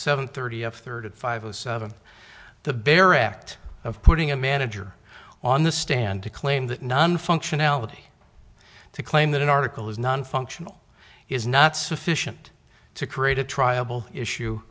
seven thirty and third at five o seven the bare act of putting a manager on the stand to claim that none functionality to claim that an article is nonfunctional is not sufficient to create a triable issue